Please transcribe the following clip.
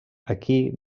aquí